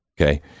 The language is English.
Okay